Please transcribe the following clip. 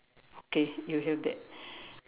okay you have that